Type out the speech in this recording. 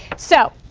so